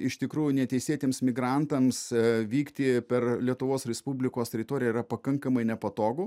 iš tikrųjų neteisėtiems migrantams vykti per lietuvos respublikos teritoriją yra pakankamai nepatogu